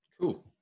Cool